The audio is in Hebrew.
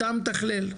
אתה המתכלל".